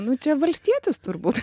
nu čia valstietis turbūt